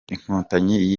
inkotanyi